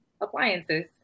appliances